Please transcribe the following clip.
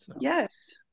yes